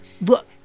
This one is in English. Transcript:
Look